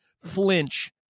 flinch